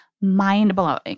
mind-blowing